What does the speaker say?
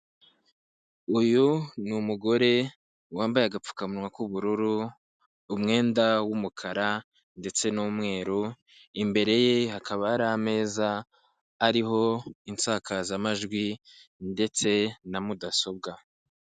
Uyu ni umugore wambaye agapfukamunwa k'ubururu, umwenda w'umukara ndetse n'umweru, imbere ye hakaba hari ameza ariho insakazamajwi ndetse na mudasobwa.